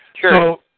Sure